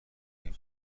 این